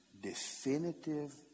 definitive